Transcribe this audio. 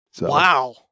Wow